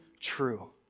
true